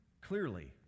Clearly